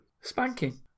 Spanking